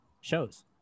shows